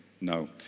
No